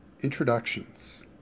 Introductions